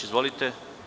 Izvolite.